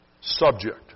subject